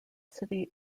city